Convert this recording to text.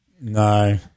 No